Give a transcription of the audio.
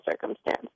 circumstance